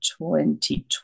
2020